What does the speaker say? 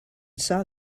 saw